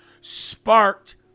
sparked